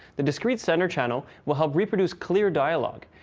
the discrete centre channel will help reproduce clear dialog,